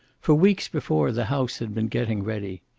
for weeks before the house had been getting ready.